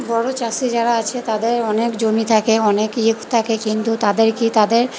বড়ো চাষে যারা আছে তাদের অনেক জমি থাকে অনেক ইয়ে থাকে কিন্তু তাদেরকে তাদের